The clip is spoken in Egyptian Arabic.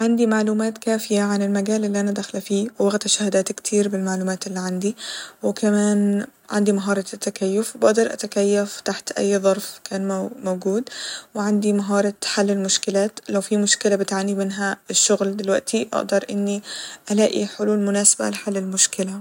عندي معلومات كافية عن المجال اللي أنا داخلة فيه وواخدة شهادات كتير بالمعلومات الل عندي ، وكمان عندي مهارة التكيف ، وبقدر أتكيف تحت أي ظرف كأنه موجود وعندي مهارة حل المشكلات لو في مشكلة بتعاني منها الشغل دلوقتي أقدر إني ألاقي حلول مناسبة لحل المشكلة